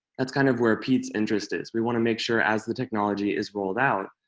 that's kind of where peat's interest is. we want to make sure as the technology is rolled out,